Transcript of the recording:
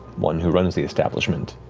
one who runs the establishment,